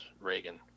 Reagan